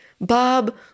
Bob